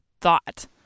thought